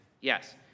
yes